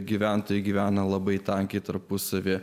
gyventojai gyvena labai tankiai tarpusavyje